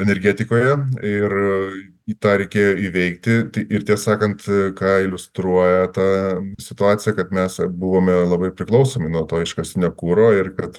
energetikoje ir į tą reikėjo įveikti tai ir tiesą sakant ką iliustruoja ta situacija kad mes buvome labai priklausomi nuo to iškastinio kuro ir kad